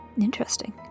Interesting